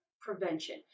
prevention